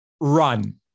Run